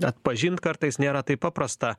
atpažint kartais nėra taip paprasta